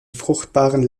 fruchtbaren